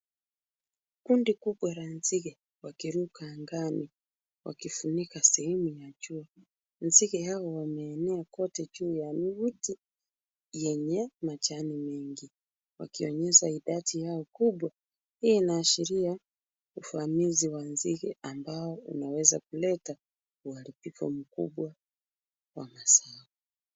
Kundi kubwa la nzige wakiruka angani wakifunika sehemu ya juu. Nzige hao wameenea kote juu ya miti yenye majani mengi wakionyesha idadi yao kubwa. Hii inaashiria ufanisi wa nzige ambao unaweza kuleta uharibifu mkubwa wa mazao.